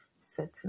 setting